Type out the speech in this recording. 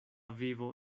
vivo